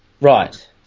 right